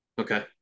Okay